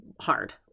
hard